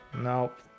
Nope